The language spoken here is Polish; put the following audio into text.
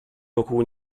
wokół